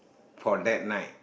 for that night